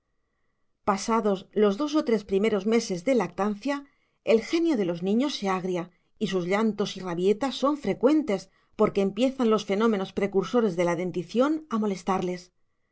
pasados los dos o tres primeros meses de lactancia el genio de los niños se agria y sus llantos y rabietas son frecuentes porque empiezan los fenómenos precursores de la dentición a molestarles